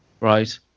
right